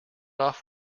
off